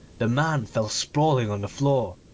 the man fell sprawling on the floor,